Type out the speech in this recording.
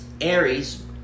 Aries